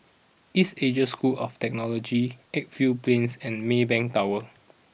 East Asia School of Technology Edgefield Plains and Maybank Tower